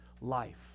life